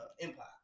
Empire